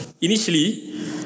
initially